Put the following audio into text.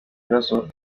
bibazo